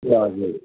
ए हजुर